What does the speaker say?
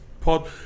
pod